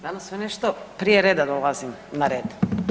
Danas sve nešto prije reda dolazim na red.